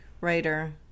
writer